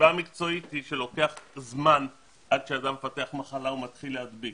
המקצועית היא שלוקח זמן עד שאדם מפתח מחלה ומתחיל להדביק.